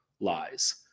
lies